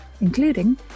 including